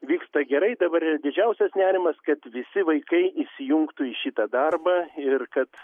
vyksta gerai dabar ir didžiausias nerimas kad visi vaikai įsijungtų į šitą darbą ir kad